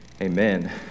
Amen